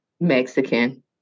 Mexican